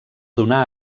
donà